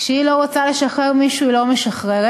כשהיא לא רוצה לשחרר מישהו היא לא משחררת,